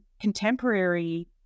contemporary